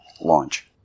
launch